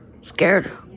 scared